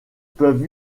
peuvent